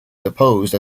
deposed